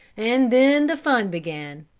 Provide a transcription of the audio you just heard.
and then the fun began.